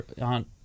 on